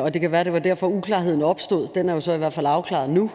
og det kan være, det var derfor, at uklarheden opstod. Det er jo i hvert fald afklaret nu